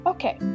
Okay